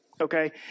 okay